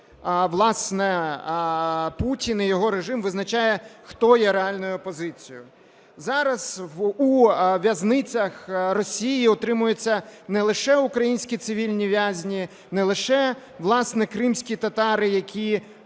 власне, Путін і його режим визначає, хто є реальною опозицією. Зараз у в'язницях Росії утримуються не лише українські цивільні в'язні, не лише, власне, кримські татари, які